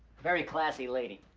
very classy lady,